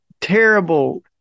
terrible